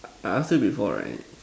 I I ask you before right